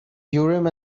urim